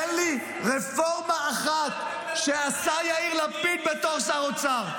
תן לי רפורמה אחת שעשה יאיר לפיד בתור שר אוצר.